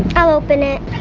i'll open it.